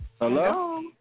Hello